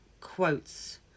quotes